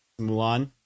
Mulan